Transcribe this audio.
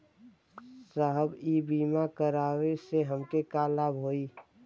साहब इ बीमा करावे से हमके का लाभ होई?